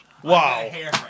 Wow